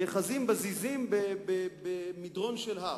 נאחזים בזיזים במדרון של הר.